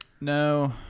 No